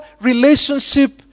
relationship